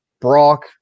Brock